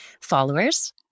followers